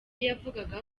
yavugaga